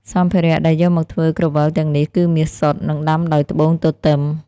សម្ភារៈដែលយកមកធ្វើក្រវិលទាំងនេះគឺមាសសុទ្ធ និងដាំដោយត្បូងទទឹម។